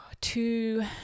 two